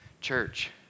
Church